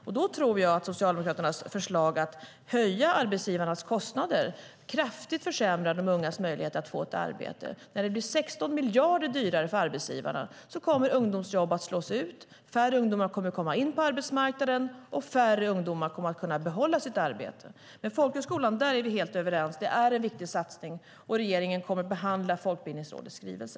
Där tror jag att Socialdemokraternas förslag att höja arbetsgivarnas kostnader kraftigt försämrar de ungas möjligheter att få ett arbete. När det blir 16 miljarder dyrare för arbetsgivarna kommer ungdomsjobb att slås ut, färre ungdomar kommer in på arbetsmarknaden och färre kommer att kunna behålla sitt arbete. Beträffande folkhögskolan är vi helt överens. Det är en viktig satsning, och regeringen kommer att behandla Folkbildningsrådets skrivelse.